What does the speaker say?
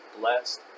blessed